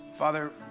Father